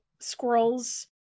squirrels